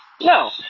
no